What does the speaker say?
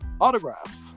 Autographs